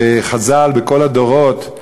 וחז"ל בכל הדורות,